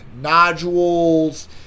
nodules